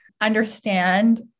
understand